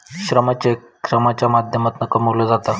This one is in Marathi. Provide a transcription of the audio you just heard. श्रम चेक श्रमाच्या माध्यमातना कमवलो जाता